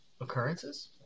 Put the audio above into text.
occurrences